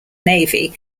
navy